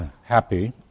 happy